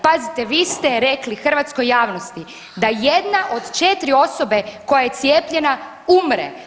Pazite vi ste rekli hrvatskoj javnosti da jedna od četiri osobe koja je cijepljena umre.